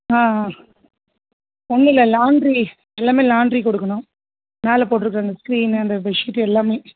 ஆ ஆ ஒன்றும் இல்லை லாண்ட்ரி எல்லாம் லாண்டரிக்கு கொடுக்கணும் மேலே போட்டுருக்குற அந்த ஸ்க்ரீனு அந்த பெட்ஷீட்டு எல்லாம்